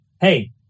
hey